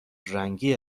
رنگی